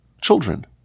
children